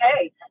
hey